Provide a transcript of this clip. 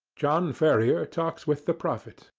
john ferrier talks with the prophet.